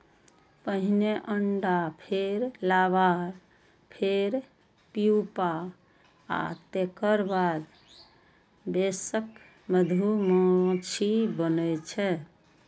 पहिने अंडा, फेर लार्वा, फेर प्यूपा आ तेकर बाद वयस्क मधुमाछी बनै छै